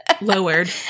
lowered